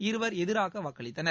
இருவர் எதிராக வாக்களித்தனர்